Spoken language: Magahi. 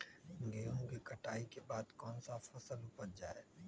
गेंहू के कटाई के बाद कौन सा फसल उप जाए?